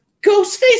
Ghostface